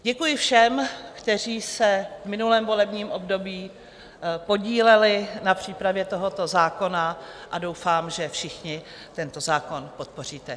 Děkuji všem, kteří se v minulém volebním období podíleli na přípravě tohoto zákona, a doufám, že všichni tento zákon podpoříte.